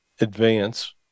advance